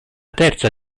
terza